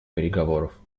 переговоров